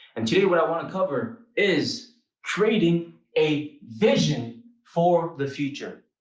and today, what i want to cover is creating a vision for the future,